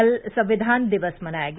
कल संविघान दिवस मनाया गया